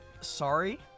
sorry